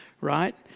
right